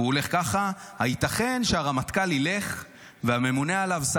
והוא הולך ככה: הייתכן שהרמטכ"ל ילך והממונה עליו,